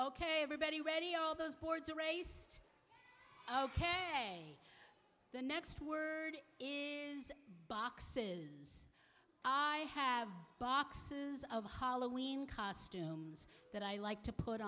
ok everybody ready all those boards are raced ok the next word is boxes i have boxes of hollowing costumes that i like to put